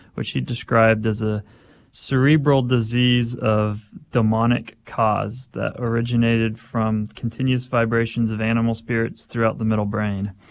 which he described as a cerebral disease of demonic cause that originated from continuous vibrations of animal spirits throughout the middle brain.